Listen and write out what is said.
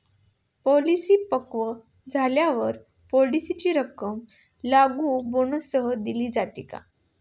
Policy पक्व झाल्यावर पॉलिसीची रक्कम लागू बोनससह दिली जाते का?